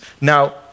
Now